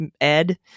Ed